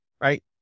right